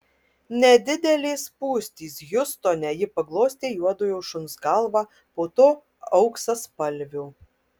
nedidelės spūstys hjustone ji paglostė juodojo šuns galvą po to auksaspalvio